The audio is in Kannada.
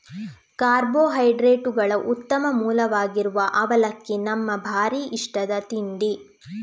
ಕಾರ್ಬೋಹೈಡ್ರೇಟುಗಳ ಉತ್ತಮ ಮೂಲವಾಗಿರುವ ಅವಲಕ್ಕಿ ನಮ್ಮ ಭಾರೀ ಇಷ್ಟದ ತಿಂಡಿ